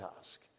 task